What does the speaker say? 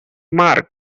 marked